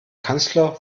kanzler